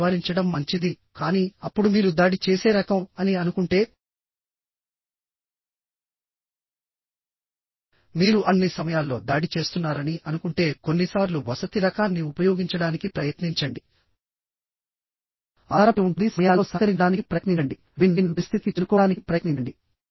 ఎక్కడ నివారించడం మంచిది కానీ అప్పుడు మీరు దాడి చేసే రకం అని అనుకుంటేమీరు అన్ని సమయాల్లో దాడి చేస్తున్నారని అనుకుంటే కొన్నిసార్లు వసతి రకాన్ని ఉపయోగించడానికి ప్రయత్నించండిఆధారపడి ఉంటుంది సమయాల్లో సహకరించడానికి ప్రయత్నించండి విన్ విన్ పరిస్థితికి చేరుకోవడానికి ప్రయత్నించండి